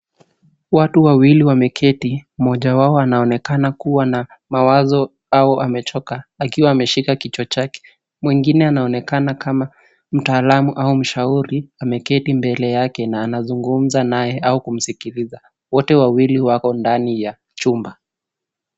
Watu wawili wameketi. Mmoja wao anaonekana kuwa na mawazo au amechoka akiwa ameshika kichwa chake. Mwingine anaonekana kama mtaalam au mshauri na ameketi mbele yake na anazungumza naye au kumsikiliza. Wote wawili wako ndani ya chumba.